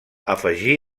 afegí